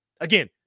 Again